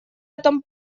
этом